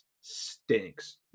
stinks